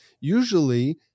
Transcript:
usually